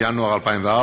ינואר 2004,